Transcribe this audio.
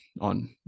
on